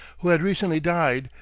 who had recently died,